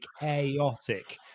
chaotic